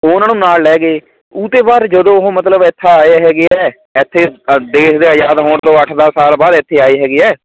ਉਹ ਉਹਨਾਂ ਨੂੰ ਨਾਲ ਲੈ ਗਏ ਉਹ ਤੋਂ ਬਾਅਦ ਜਦੋਂ ਉਹ ਮਤਲਬ ਇੱਥੇ ਆਏ ਹੈਗੇ ਹੈ ਇੱਥੇ ਅ ਦੇਸ਼ ਦੇ ਅਜ਼ਾਦ ਹੋਣ ਤੋਂ ਅੱਠ ਦਸ ਸਾਲ ਬਾਅਦ ਇੱਥੇ ਆਏ ਹੈਗੇ ਹੈ